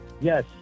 yes